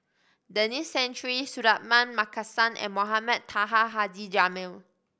Denis Santry Suratman Markasan and Mohamed Taha Haji Jamil